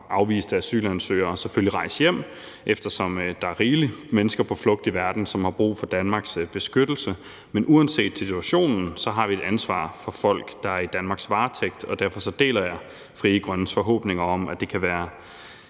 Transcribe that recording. afviste asylansøgere selvfølgelig rejse hjem, eftersom der er rigeligt med mennesker på flugt i verden, som har brug for Danmarks beskyttelse. Men uanset situationen har vi et ansvar for folk, der er i Danmarks varetægt, og derfor deler jeg Frie Grønnes forhåbninger om, at det at være